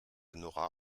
n’aura